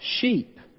sheep